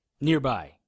Nearby